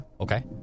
Okay